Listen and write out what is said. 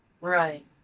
Right